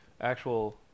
actual